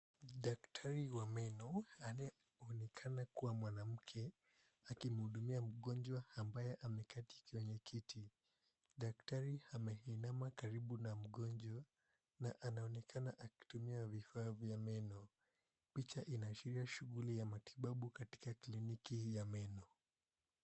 Daktari wa meno anayeonekana kuwa mwanamke, akimhudumia mgonjwa ambaye ameketi kwenye kiti, daktari ameinama karibu na mgonjwa na anaonekana akitumia vifaa vya meno, picha inaachilia shughuli ya matibabu katika kliniki hii ya meno.